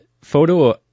photo